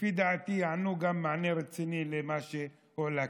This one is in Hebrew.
לפי דעתי ייתנו גם מענה רציני למה שהועלה כאן.